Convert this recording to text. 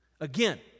Again